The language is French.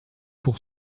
pour